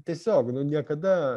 tiesiog niekada